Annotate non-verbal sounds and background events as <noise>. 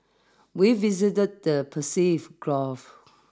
we visited the <unintelligible> Gulf